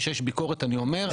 כשיש ביקורת אני אומר,